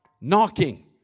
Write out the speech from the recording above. knocking